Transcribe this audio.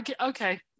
Okay